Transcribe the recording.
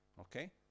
Okay